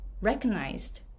recognized